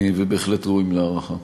ובהחלט ראויים להערכה.